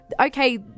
okay